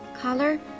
color